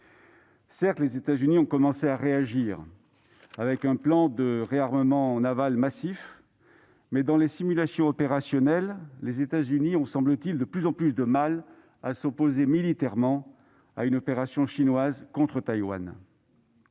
Certes, les États-Unis ont commencé à réagir avec un plan de réarmement naval massif, mais, dans les simulations opérationnelles, ils semblent avoir de plus en plus de mal à pouvoir s'opposer militairement à une opération chinoise contre Taïwan.